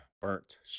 burnt